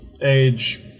age